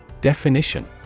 Definition